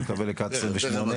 אני מקווה לקראת סיום שמונה.